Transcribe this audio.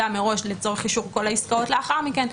מראש לצורך אישור כל העסקאות לאחר מכן,